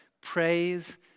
praise